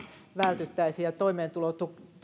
vältyttäisiin ja toimeentulo